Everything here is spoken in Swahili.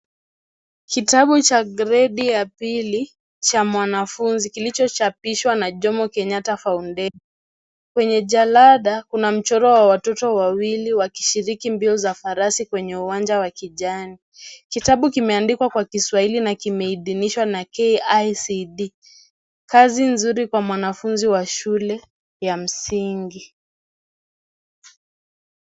Kitabu cha gredi ya pili cha mwanafunzi kilichochapishwa na Jomo Kenyatta Foundation. Kwenye jalada kuna mchoro wa watoto wawili wakishiriki mbio za farasi kwenye uwanja wa kijani. Kitabu kimeandikwa kwa kiswahili na kimeidhinishwa na KICD. Kazi nzuri kwa mwanafunzi wa shule ya msingi.